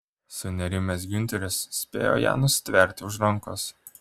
sunerimęs giunteris spėjo ją nustverti už rankos